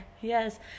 Yes